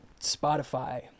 Spotify